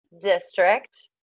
district